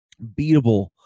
beatable